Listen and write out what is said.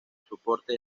soporte